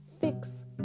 fix